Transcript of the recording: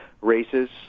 races